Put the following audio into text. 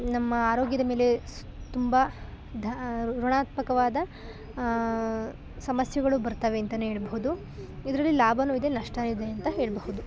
ನಮ್ಮ ಆರೋಗ್ಯದ ಮೇಲೆ ತುಂಬ ಧಾ ಋಣಾತ್ಮಕವಾದ ಸಮಸ್ಯೆಗಳು ಬರ್ತವೆ ಅಂತೆಯೇ ಹೇಳಬಹುದು ಇದ್ರಲ್ಲಿ ಲಾಭವೂ ಇದೆ ನಷ್ಟವೂ ಇದೆ ಹೇಳಬಹುದು